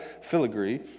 filigree